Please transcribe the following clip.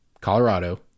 colorado